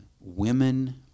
women